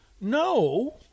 No